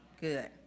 good